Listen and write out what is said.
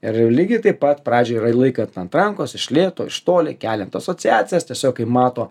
ir lygiai taip pat pradžioj yra laikant ant rankos iš lėto iš toli keliant asociacijas tiesiog kai mato